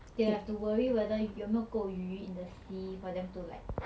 they have to worry whether 有没有够鱼 in the sea for them to like